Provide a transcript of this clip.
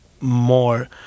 more